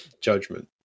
judgment